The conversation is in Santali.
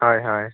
ᱦᱳᱭ ᱦᱳᱭ